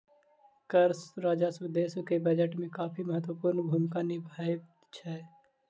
कर राजस्व देश के बजट में काफी महत्वपूर्ण भूमिका निभबैत अछि